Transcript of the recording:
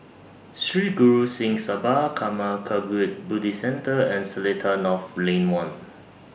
Sri Guru Singh Sabha Karma Kagyud Buddhist Centre and Seletar North Lane one